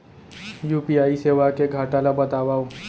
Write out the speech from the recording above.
UPI सेवा के घाटा ल बतावव?